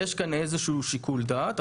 יש כאן איזשהו שיקול דעת,